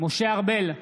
משה ארבל,